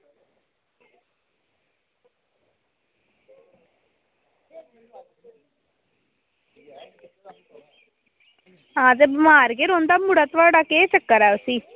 आं ते बमार गै रौंहदा मुड़ा थुआढ़ा केह् चक्कर ऐ